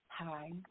Hi